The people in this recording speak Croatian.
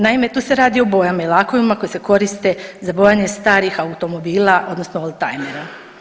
Naime, tu se radi o bojama i lakovima koji se koriste za bojanje starijih automobila, odnosno oldtimera.